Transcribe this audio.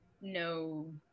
no